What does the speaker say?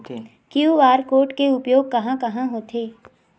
QR code के उपयोग कहां कहां होथे?